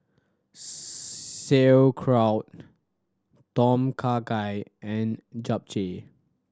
Sauerkraut Tom Kha Gai and Japchae